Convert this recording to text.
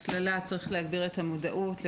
צריך להגביר את המודעות בהצללה,